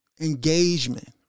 engagement